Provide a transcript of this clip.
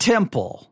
Temple